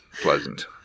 pleasant